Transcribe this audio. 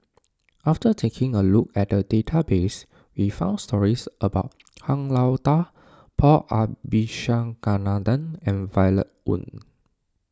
after taking a look at the database we found stories about Han Lao Da Paul Abisheganaden and Violet Oon